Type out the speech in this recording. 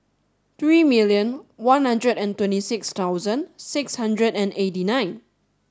three million one hundred and twenty six thousand six hundred and eighty nine